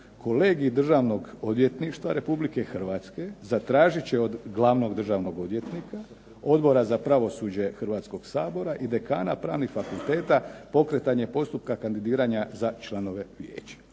kolegij Državnog odvjetništva Republike Hrvatske zatražit će od glavnog državnog odvjetnika, Odbora za pravosuđe Hrvatskog sabora i dekana pravnih fakulteta pokretanje postupka kandidiranja za članove vijeća.